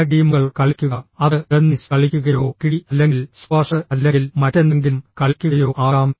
ചില ഗെയിമുകൾ കളിക്കുക അത് ടെന്നീസ് കളിക്കുകയോ ടിടി അല്ലെങ്കിൽ സ്ക്വാഷ് അല്ലെങ്കിൽ മറ്റെന്തെങ്കിലും കളിക്കുകയോ ആകാം